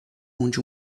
onde